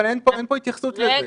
אבל אין פה התייחסות לזה.